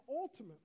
ultimately